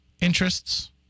interests